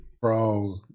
Bro